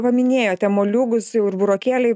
paminėjote moliūgus jau ir burokėliai